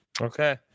Okay